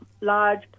large